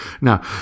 Now